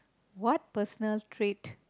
what personal trait